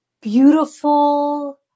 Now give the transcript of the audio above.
beautiful